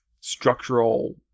structural